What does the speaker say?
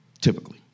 Typically